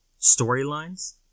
storylines